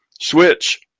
switch